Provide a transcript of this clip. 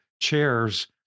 chairs